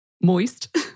moist